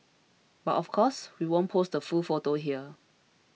but of course we won't post the full photo here